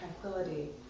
tranquility